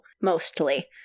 mostly